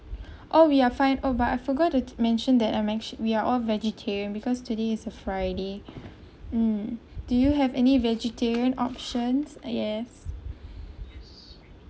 oh we are fine oh but I forgot to mention that I'm act~ we are all vegetarian because today is a friday mm do you have any vegetarian options uh yes